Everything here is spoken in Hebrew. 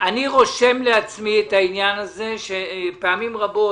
אני רושם לעצמי את העניין הזה שפעמים רבות